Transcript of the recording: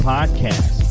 Podcast